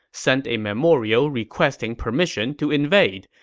sent a memorial requesting permission to invade.